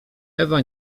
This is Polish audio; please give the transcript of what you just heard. ewa